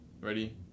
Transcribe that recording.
Ready